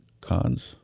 cons